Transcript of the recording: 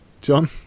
John